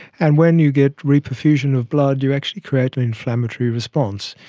and when you get reperfusion of blood you actually create an inflammatory response.